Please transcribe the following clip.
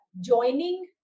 joining